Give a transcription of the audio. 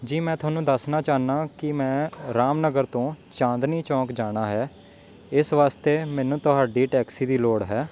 ਜੀ ਮੈਂ ਤੁਹਾਨੂੰ ਦੱਸਣਾ ਚਾਹੁੰਦਾ ਕਿ ਮੈਂ ਰਾਮ ਨਗਰ ਤੋਂ ਚਾਂਦਨੀ ਚੌਂਕ ਜਾਣਾ ਹੈ ਇਸ ਵਾਸਤੇ ਮੈਨੂੰ ਤੁਹਾਡੀ ਟੈਕਸੀ ਦੀ ਲੋੜ ਹੈ